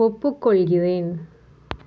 ஒப்புக்கொள்கிறேன்